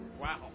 wow